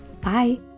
Bye